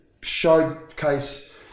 showcase